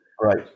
Right